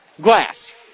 glass